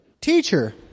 Teacher